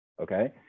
okay